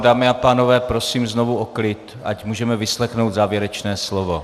Dámy a pánové, prosím znovu o klid, ať můžeme vyslechnout závěrečné slovo.